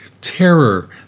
terror